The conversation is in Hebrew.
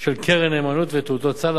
של קרן נאמנות ותעודת סל,